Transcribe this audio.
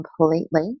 completely